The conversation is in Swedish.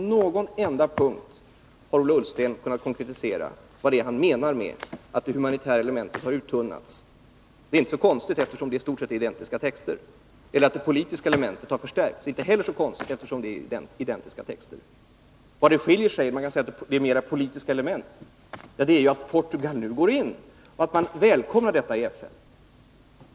Icke på någon enda punkt har Ola Ullsten kunnat konkretisera vad det är han menar med att det humanitära elementet har uttunnats eller att det politiska elementet har förstärkts — och det är inte så konstigt, eftersom det i stort sett är identiska texter. Skillnaden — vad man kan säga är ett mera politiskt element — är att Portugal nu går in och att man välkomnar detta i FN.